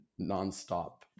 nonstop